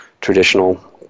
traditional